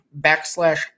backslash